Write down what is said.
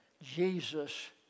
Jesus